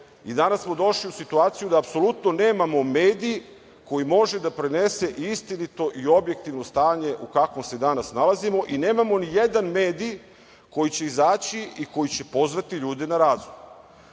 govore. Danas smo došli u situaciju da apsolutno nemamo medij koji može da prenese istinito i objektivno stanje u kakvom se danas nalazimo i nemamo nijedan medij, koji će izaći i koji će pozvati ljude na razum.